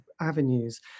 avenues